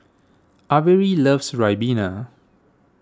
Averi loves Ribena